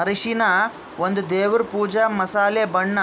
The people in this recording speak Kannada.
ಅರಿಶಿನ ಒಂದ್ ದೇವರ್ ಪೂಜಾ, ಮಸಾಲೆ, ಬಣ್ಣ,